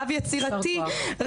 רב יצירתי,